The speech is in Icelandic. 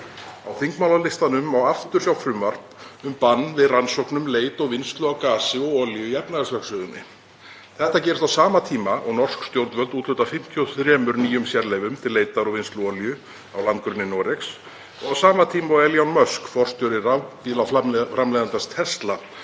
Á þingmálalistanum má aftur sjá frumvarp um bann við rannsóknum, leit að og vinnslu á gasi og olíu í efnahagslögsögunni. Þetta gerist á sama tíma og norsk stjórnvöld úthluta 53 nýjum sérleyfum til leitar og vinnslu olíu á landgrunni Noregs og á sama tíma og Elon Musk, forstjóri rafbílaframleiðandans Tesla,